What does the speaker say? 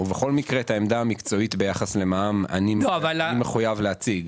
ובכל מקרה את העמדה המקצועית ביחס למע"מ אני מחויב להציג